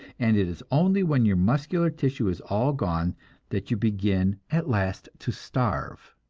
and it is only when your muscular tissue is all gone that you begin at last to starve.